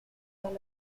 par